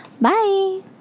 bye